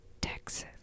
Texas